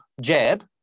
jab